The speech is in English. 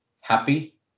happy